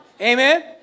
Amen